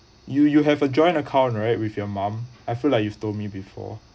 you you have a joint account right with your mum I feel like you told me before